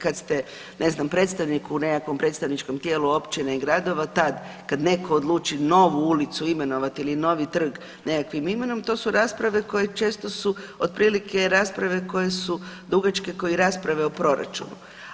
Kad ste, ne znam, predstavniku u nekakvom predstavničkom tijelu općina i gradova tad kad neko odluči novu ulicu imenovat ili novi trg nekakvim imenom to su rasprave koje često su otprilike rasprave koje su dugačke ko i rasprave o proračunu.